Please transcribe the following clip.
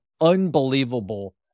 unbelievable